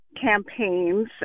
campaigns